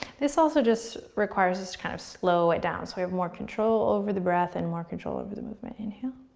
this also just requires us to kind of slow it down so we have more control over the breath and more control over the movement. inhale.